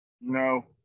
No